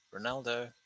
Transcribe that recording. Ronaldo